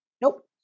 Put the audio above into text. Nope